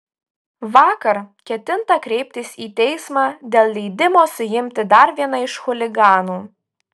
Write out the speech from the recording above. vakar ketinta kreiptis į teismą dėl leidimo suimti dar vieną iš chuliganų